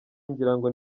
ngirango